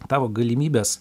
tavo galimybės